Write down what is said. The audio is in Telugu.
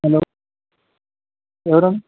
హలో ఎవరు